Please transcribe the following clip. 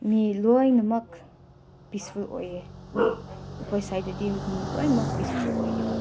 ꯃꯤ ꯂꯣꯏꯅꯃꯛ ꯄꯤꯁꯐꯨꯜ ꯑꯣꯏꯌꯦ ꯑꯩꯈꯣꯏ ꯁ꯭ꯋꯥꯗꯗꯤ ꯃꯤ ꯂꯣꯏꯅꯃꯛ ꯄꯤꯁꯐꯨꯜ ꯑꯣꯏꯌꯦꯕ